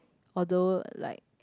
although like